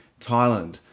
Thailand